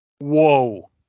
whoa